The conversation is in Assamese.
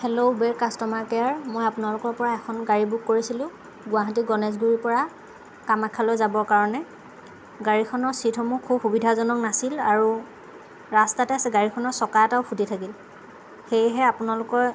হেল্লো উবেৰ কাষ্টমাৰ কেয়াৰ মই আপোনালোকৰ পৰা এখন গাড়ী বুক কৰিছিলোঁ গুৱাহাটী গণেশগুৰিৰ পৰা কামাখ্যালৈ যাবৰ কাৰণে গাড়ীখনৰ চিটসমূহ খুব সুবিধাজনক নাছিল আৰু ৰাস্তাতে গাড়ীখনৰ চকা এটাও ফুটি থাকিল সেইহে আপোনালোকে